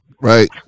right